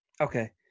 okay